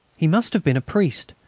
he must have been a priest,